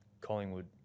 Collingwood